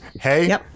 Hey